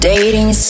Dating